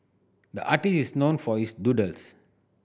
the artist is known for his doodles